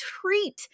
treat